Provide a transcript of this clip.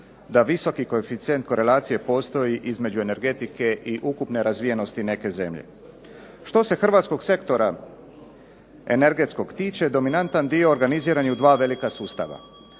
da visoki koeficijent korelacije postoji između energetike i ukupne razvijenosti neke zemlje. Što se hrvatskog sektora energetskog tiče, dominantan dio organiziran je u dva velika sustava,